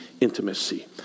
intimacy